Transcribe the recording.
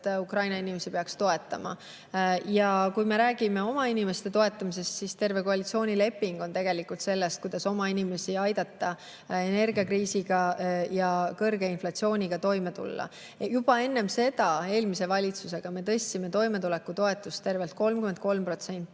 et Ukraina inimesi peaks toetama. Ja kui me räägime oma inimeste toetamisest, siis terve koalitsioonileping on tegelikult sellest, kuidas oma inimestel aidata energiakriisiga ja kõrge inflatsiooniga toime tulla. Juba enne seda me eelmise valitsusega tõstsime toimetulekutoetust tervelt 33%